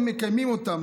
הם מקיימים אותן,